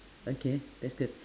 okay that's good